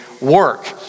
work